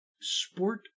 Sport